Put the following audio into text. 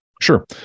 Sure